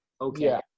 Okay